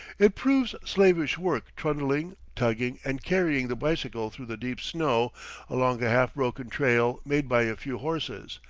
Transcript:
it proves slavish work trundling, tugging, and carrying the bicycle through the deep snow along a half-broken trail made by a few horses,